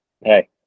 Hey